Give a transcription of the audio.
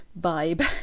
vibe